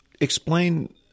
Explain